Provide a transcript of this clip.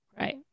Right